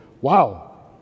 Wow